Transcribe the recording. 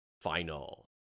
final